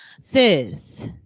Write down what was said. sis